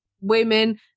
women